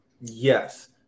Yes